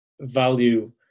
value